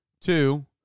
Two